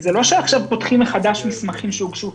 זה לא שעכשיו פותחים מחדש מסמכים שהוגשו.